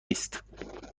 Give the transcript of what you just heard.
است